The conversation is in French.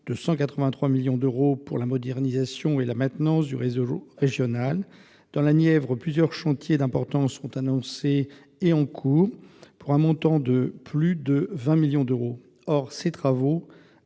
de 183 millions d'euros pour la modernisation et la maintenance du réseau régional. Dans la Nièvre, plusieurs chantiers d'importance sont annoncés et en cours, pour un montant total d'un peu plus de 20 millions d'euros. Or ces travaux